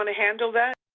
and handle that?